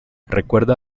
recuerda